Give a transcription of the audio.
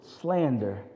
slander